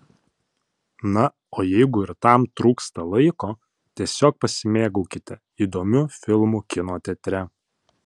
na o jeigu ir tam trūksta laiko tiesiog pasimėgaukite įdomiu filmu kino teatre